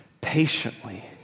patiently